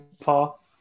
Paul